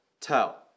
tell